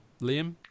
Liam